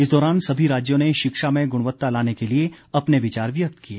इस दौरान सभी राज्यों ने शिक्षा में गुणवत्ता लाने के लिए अपने विचार व्यक्त किए